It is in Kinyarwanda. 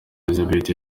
elisabeth